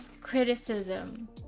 criticism